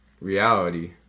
reality